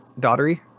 Daughtery